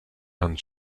and